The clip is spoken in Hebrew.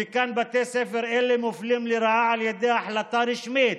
מכאן שבתי ספר אלה מופלים לרעה על ידי החלטה רשמית,